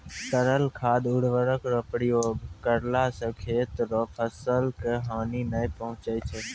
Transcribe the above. तरल खाद उर्वरक रो प्रयोग करला से खेत रो फसल के हानी नै पहुँचय छै